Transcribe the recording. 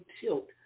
tilt